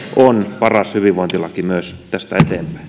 on paras hyvinvointilaki myös tästä